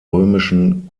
römischen